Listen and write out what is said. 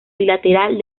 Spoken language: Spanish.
bilateral